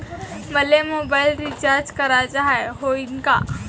मले mobile recharge कराचा हाय, होईनं का?